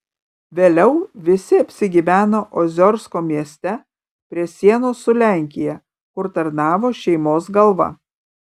vėliau visi apsigyveno oziorsko mieste prie sienos su lenkija kur tarnavo šeimos galva